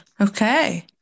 Okay